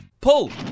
Pull